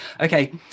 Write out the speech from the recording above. Okay